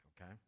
okay